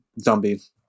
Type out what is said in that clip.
zombies